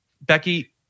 Becky